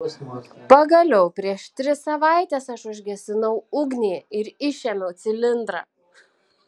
pagaliau prieš tris savaites aš užgesinau ugnį ir išėmiau cilindrą